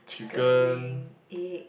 chicken wing egg